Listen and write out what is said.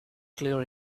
clear